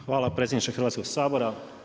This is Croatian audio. Hvala predsjedniče Hrvatskog sabora.